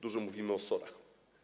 Dużo mówimy o SOR-ach.